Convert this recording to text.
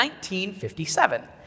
1957